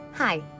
Hi